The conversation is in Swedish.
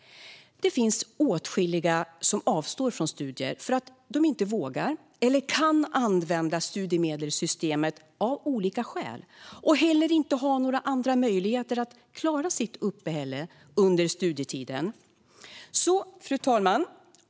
Det finns åtskilliga som avstår från studier för att de inte vågar eller kan använda studiemedelssystemet av olika skäl och heller inte har några andra möjligheter att klara sitt uppehälle under studietiden. Fru talman!